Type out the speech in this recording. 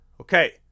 Okay